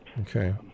Okay